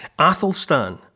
Athelstan